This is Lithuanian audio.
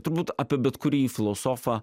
turbūt apie bet kurį filosofą